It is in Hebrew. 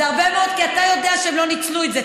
זה הרבה מאוד, כי אתה יודע שהם לא ניצלו את זה.